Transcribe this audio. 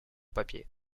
papier